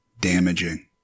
damaging